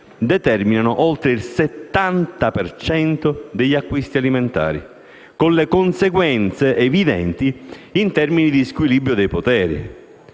determinano oltre il 70 per cento degli acquisti alimentari, con le conseguenze evidenti in termini di squilibrio dei poteri.